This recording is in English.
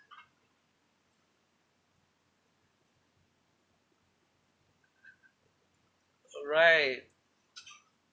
alright